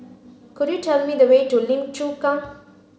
could you tell me the way to Lim Chu Kang